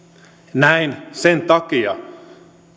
näin sen takia